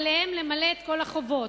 עליהם למלא את כל החובות.